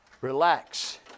relax